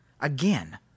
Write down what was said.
again